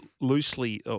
loosely